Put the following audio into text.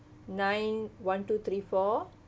nine one two three four